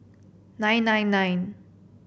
nine nine nine